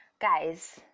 guys